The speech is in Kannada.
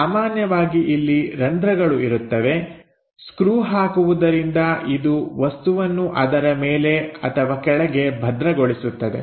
ಸಾಮಾನ್ಯವಾಗಿ ಇಲ್ಲಿ ರಂಧ್ರಗಳು ಇರುತ್ತವೆ ಸ್ಕ್ರೂ ಹಾಕುವುದರಿಂದ ಇದು ವಸ್ತುವನ್ನು ಅದರ ಮೇಲೆ ಅಥವಾ ಕೆಳಗೆ ಭದ್ರ ಗೊಳಿಸುತ್ತದೆ